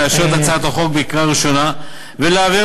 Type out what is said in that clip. את הצעת החוק בקריאה ראשונה ולהעבירה